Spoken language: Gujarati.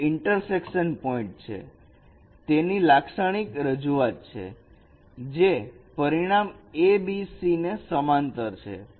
તે ઇન્ટરસેક્શન પોઇન્ટ ની એક લાક્ષણિક રજૂઆત છે જે પરિમાણ abcને સમાંતર હોય છે